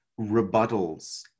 rebuttals